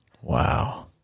Wow